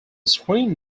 screen